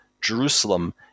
Jerusalem